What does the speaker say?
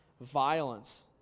violence